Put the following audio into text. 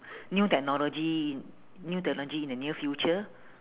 new technology new technology in the near future